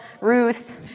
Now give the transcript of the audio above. Ruth